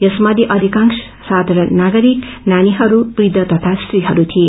यसमध्ये अधिकांश साधारण नागरिक नानीहरू वृद्ध तथा स्त्रीहरू थिए